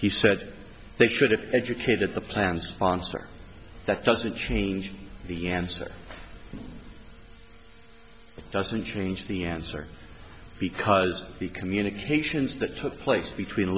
he said they should have educated the plan sponsor that doesn't change the answer doesn't change the answer because the communications that took place between